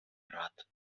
брат